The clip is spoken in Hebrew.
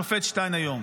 בא השופט שטיין היום,